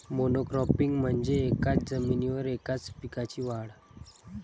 monocropping म्हणजे एकाच जमिनीवर एकाच पिकाची वाढ